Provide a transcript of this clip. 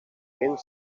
fent